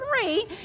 three